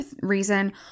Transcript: reason